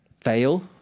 fail